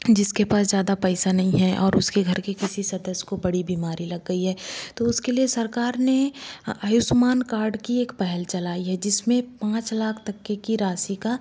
जिसके पास ज़्यादा पैसा नहीं है और उसके घर के किसी सदस्य को बड़ी बीमारी लग गई है तो उसके लिए सरकार ने आयुष्मान कार्ड की एक पहल चलाई है जिसमें पाँच लाख तक के की राशि का